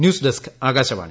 news desk Akashvani